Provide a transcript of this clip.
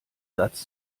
satz